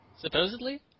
Supposedly